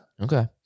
Okay